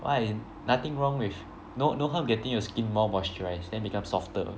why nothing wrong with no no harm getting your skin more moisturized then become softer